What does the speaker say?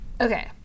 Okay